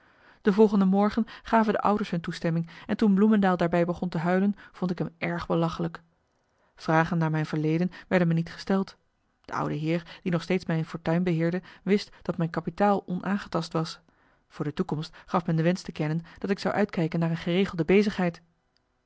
de volgende morgen gaven de ouders hun toestemming en toen bloemendael daarbij begon te huilen vond ik hem erg belachelijk vragen naar mijn verleden werden me niet gesteld de oude heer die nog steeds mijn fortuin beheerde wist dat mijn kapitaal onaangetast was voor de toekomst gaf men de wensch te kennen dat ik zou uitkijken naar een geregelde bezigheid